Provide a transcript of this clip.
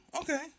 Okay